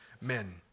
men